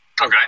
Okay